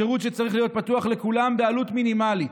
זה שירות שצריך להיות פתוח לכולם בעלות מינימלית.